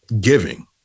giving